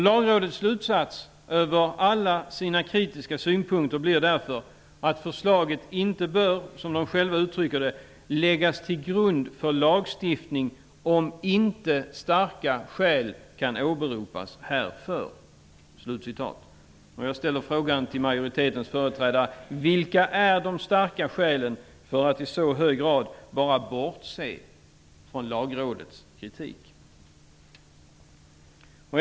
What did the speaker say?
Lagrådets slutsats över alla sina kritiska synpunkter blir därför att förslaget inte bör -- som man själv uttrycker det -- ''läggas till grund för lagstiftning om inte starka skäl kan åberopas härför''. Och jag ställer frågan till majoritetens företrädare: Vilka är de starka skälen för att man i så hög grad bara bortser från Lagrådets kritik?